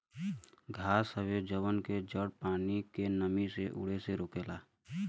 घास हवे जवना के जड़ पानी के नमी के उड़े से रोकेला